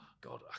God